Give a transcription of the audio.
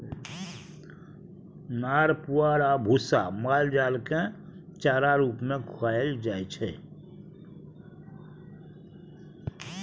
नार पुआर आ भुस्सा माल जालकेँ चारा रुप मे खुआएल जाइ छै